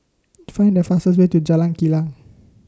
Find The fastest Way to Jalan Kilang